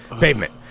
pavement